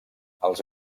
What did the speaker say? els